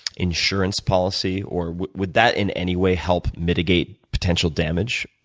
insurance policy, or would would that in any way help mitigate potential damage?